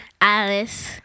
Alice